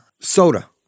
soda